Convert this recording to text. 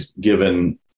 given